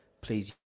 please